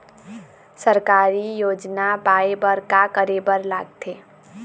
सरकारी योजना पाए बर का करे बर लागथे?